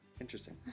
Interesting